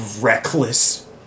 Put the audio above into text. reckless